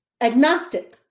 agnostic